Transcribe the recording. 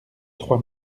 trois